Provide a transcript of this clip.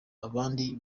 abandi